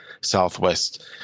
southwest